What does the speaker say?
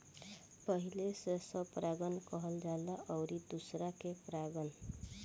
पहिला से स्वपरागण कहल जाला अउरी दुसरका के परपरागण